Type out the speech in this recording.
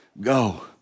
go